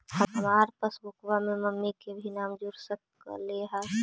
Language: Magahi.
हमार पासबुकवा में मम्मी के भी नाम जुर सकलेहा?